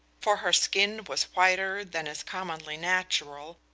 for her skin was whiter than is commonly natural,